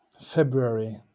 February